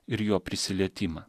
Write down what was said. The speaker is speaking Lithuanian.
ir jo prisilietimą